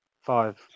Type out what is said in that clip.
five